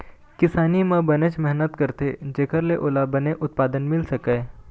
किसानी म बनेच मेहनत करथे जेखर ले ओला बने उत्पादन मिल सकय